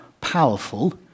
powerful